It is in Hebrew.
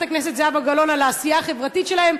הכנסת גלאון על העשייה החברתית שלהם,